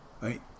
Right